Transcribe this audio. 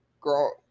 girl